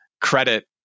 credit